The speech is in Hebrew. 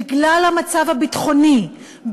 בגלל המצב הביטחוני,